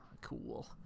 cool